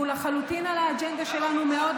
והוא לחלוטין מאוד גבוה באג'נדה שלנו.